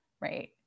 right